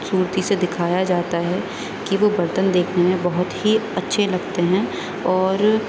صورتی سے دکھایا جاتا ہے کہ وہ برتن دیکھنے میں بہت ہی اچھے لگتے ہیں اور